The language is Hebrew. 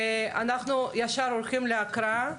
אנחנו ישר הולכים להקראה,